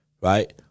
right